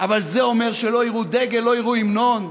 אבל זה אומר שלא יראו דגל, לא יראו המנון,